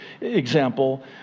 example